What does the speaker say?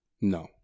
No